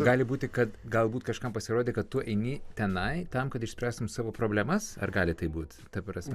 gali būti kad galbūt kažkam pasirodė kad tu eini tenai tam kad išspręstum savo problemas ar gali taip būt ta prasme